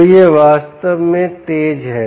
तो यह वास्तव में तेज है